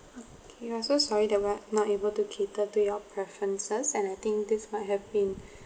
okay we are so sorry we're not able to cater to your preferences and I think this might have been